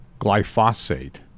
glyphosate